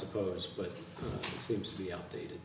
suppose but it seems to be updated